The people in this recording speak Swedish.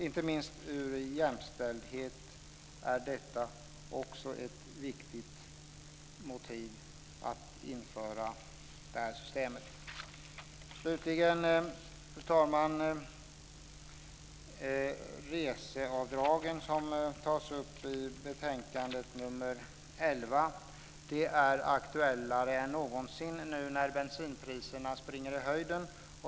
Även här är jämställdheten ett viktigt motiv för att införa det här systemet. Fru talman! Reseavdragen tas upp i reservation nr 11. De är aktuellare än någonsin nu när bensinpriserna springer i höjden.